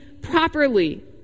properly